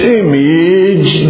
image